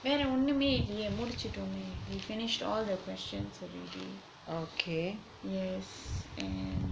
வேற ஒன்னுமே இல்லையே முடுச்சுட்டோமே:vera onnumae illaiyae muduchuttomae we finished all the questions already yes and